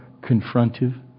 confrontive